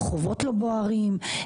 הרחובות לא בוערים,